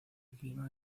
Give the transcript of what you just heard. clima